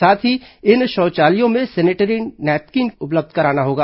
साथ ही इन शौचालयों में सेनिटरी नैपकिन भी उपलब्ध कराना होगा